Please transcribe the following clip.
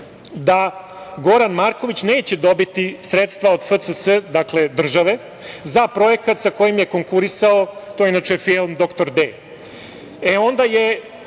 da Goran Marković neće dobiti sredstva od FCS, dakle od države, za projekat sa kojim je konkurisao, to je inače film "Dr D". Onda je